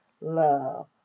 love